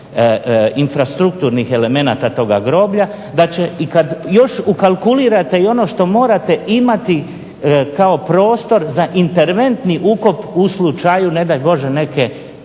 infrastrukturnih elemenata toga groblja da će i kada još ukalkulirate i ono što morate imati kao prostor za interventni ukop u slučaju ne daj Bože neke